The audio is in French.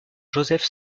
joseph